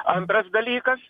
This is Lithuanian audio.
antras dalykas